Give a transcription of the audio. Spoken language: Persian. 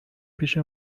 پیش